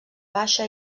baixa